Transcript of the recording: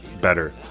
better